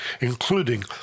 including